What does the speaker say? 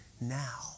now